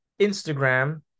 Instagram